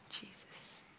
Jesus